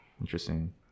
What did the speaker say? Interesting